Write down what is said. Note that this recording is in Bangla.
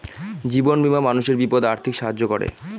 জীবন বীমা মানুষের বিপদে আর্থিক সাহায্য করে